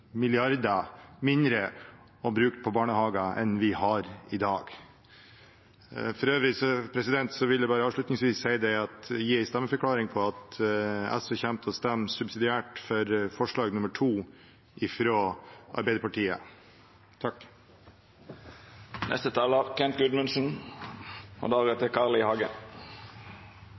mindre å bruke på barnehager enn vi har i dag. For øvrig vil jeg, avslutningsvis, gi en stemmeforklaring: SV kommer subsidiært til å stemme for forslag nr. 2, fra Arbeiderpartiet.